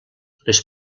les